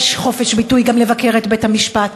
יש חופש ביטוי גם לבקר את בית-המשפט,